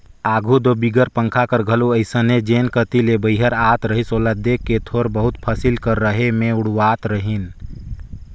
आघु दो बिगर पंखा कर घलो अइसने जेन कती ले बईहर आत रहिस ओला देख के थोर बहुत फसिल कर रहें मे उड़वात रहिन